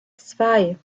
zwei